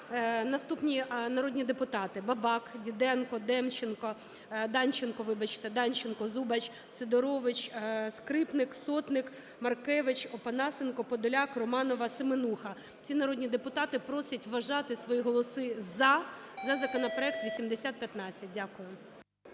наступні народні депутати: Бабак, Діденко, Демченко… Данченко, вибачте, Данченко, Зубач, Сидорович, Скрипник, Сотник, Маркевич, Опанасенко, Подоляк, Романова, Семенуха. Ці народні депутати просять вважати свої голоси "за" за законопроект 8015. Дякую.